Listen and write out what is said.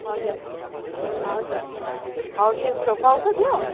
हजुर हजुर हौ त्यस्तो पाउँछ त्यो